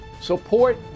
support